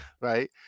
right